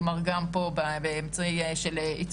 כלומר גם פה בעיצוב המדיניות,